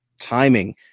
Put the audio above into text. timing